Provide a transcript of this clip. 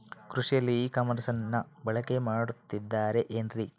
ಕೃಷಿಯಲ್ಲಿ ಇ ಕಾಮರ್ಸನ್ನ ಬಳಕೆ ಮಾಡುತ್ತಿದ್ದಾರೆ ಏನ್ರಿ?